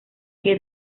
que